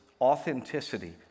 authenticity